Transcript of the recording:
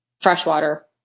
freshwater